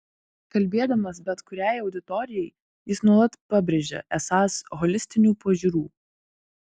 kalbėdamas bet kuriai auditorijai jis nuolat pabrėžia esąs holistinių pažiūrų